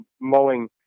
mowing